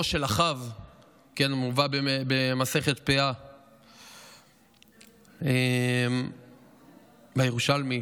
מובא במסכת פאה בירושלמי